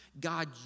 God